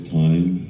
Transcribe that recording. time